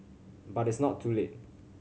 but it's not too late